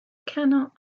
cannot